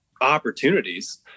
opportunities